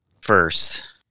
first